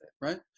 right